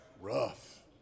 Rough